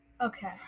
Okay